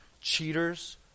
cheaters